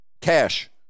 cash